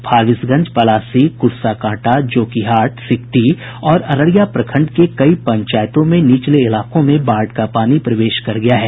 फारबिसगंज पलासी कुर्साकांटा जोकीहाट सिकटी और अररिया प्रखंड के कई पंचायतों में निचले इलाकों में बाढ़ का पानी प्रवेश कर गया है